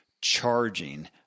charging